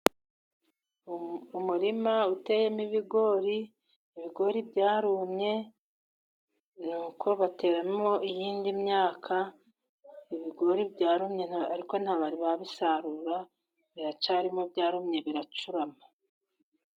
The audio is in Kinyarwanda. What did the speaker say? Umurima uteyemo ibigori, ibigori byarumye nuko bateramo iyindi myaka, ibigori byarunye, ariko ntabwo bari babisarura, biracyarimo byarumye, biracurama.